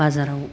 बाजाराव